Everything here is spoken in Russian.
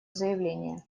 заявление